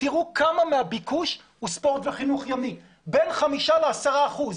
תראו כמה מהביקוש הוא ספורט וחינוך ימי בין חמישה ל-10 אחוזים.